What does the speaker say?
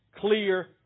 clear